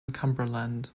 cumberland